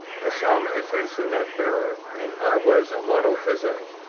i saw my face in that mirror, and i was a monophysite.